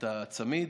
את הצמיד,